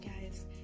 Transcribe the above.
guys